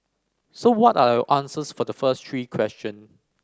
so what are answers for the first three question